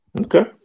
Okay